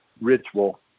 ritual